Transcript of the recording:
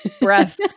breath